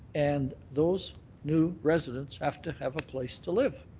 and those new residents have to have a place to live.